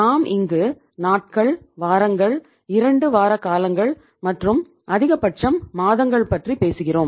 நாம் இங்கு நாட்கள் வாரங்கள் இரண்டு வார காலங்கள் மற்றும் அதிகபட்சம் மாதங்கள் பற்றி பேசுகிறோம்